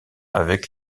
avec